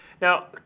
Now